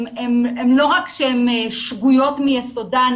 לא רק שהיא שגויה מיסודה,